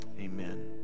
amen